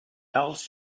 else